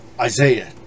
Isaiah